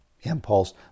impulse